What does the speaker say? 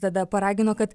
tada paragino kad